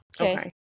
Okay